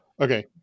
Okay